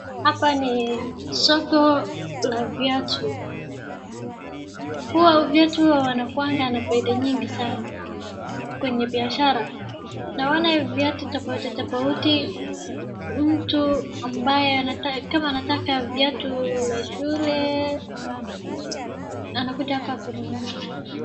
Hapa ni soko la viatu. Huwa viatu huwa wanakuwanga na faida nyingi sana kwenye biashara. Naona viatu tofauti tofauti mtu kama anataka viatu la shule anakuja hapa kununuliwa.